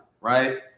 right